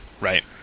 Right